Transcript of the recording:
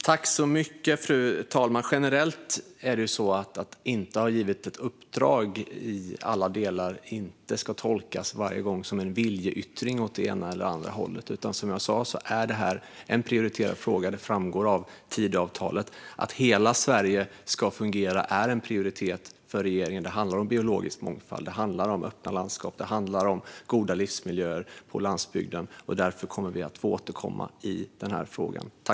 Fru talman! Att inte ha givit ett uppdrag ska generellt inte varje gång tolkas som en viljeyttring åt det ena eller det andra hållet. Som jag sa är detta en prioriterad fråga - det framgår av Tidöavtalet. Att hela Sverige ska fungera är prioriterat för regeringen. Det handlar om biologisk mångfald, om öppna landskap och om goda livsmiljöer på landsbygden. Därför kommer vi att få återkomma i denna fråga.